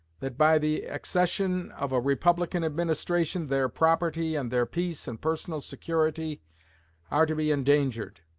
that by the accession of a republican administration their property and their peace and personal security are to be endangered.